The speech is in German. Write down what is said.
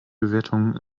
bewertungen